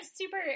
super